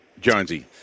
Jonesy